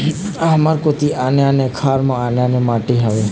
हमर कोती आने आने खार म आने आने माटी हावे?